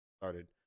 started